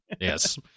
Yes